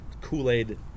Kool-Aid